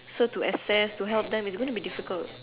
so to access to help them it's gonna be difficult